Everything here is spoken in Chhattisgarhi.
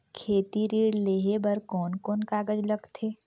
खेती ऋण लेहे बार कोन कोन कागज लगथे?